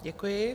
Děkuji.